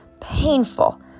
painful